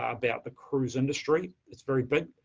about the cruise industry, it's very big.